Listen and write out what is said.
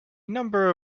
number